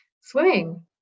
Swimming